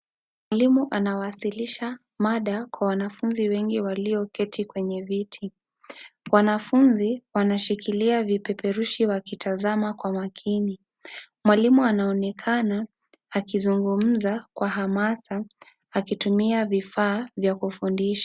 Mwalimu anawasilisha mada kwa wanafunzi wengiwalio keti kwenye viti. Wanafunzi wanashikilia vipeoerushi wakitazama kwa makini. Mwalimu anaonekana akizungumza kwa amaka akitumia vifaa vya kufundisha.